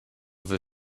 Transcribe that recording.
wir